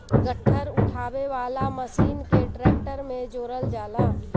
गट्ठर उठावे वाला मशीन के ट्रैक्टर में जोड़ल जाला